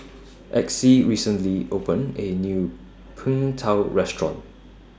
Exie recently opened A New Png Tao Restaurant